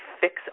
fix